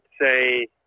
say